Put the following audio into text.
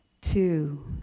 two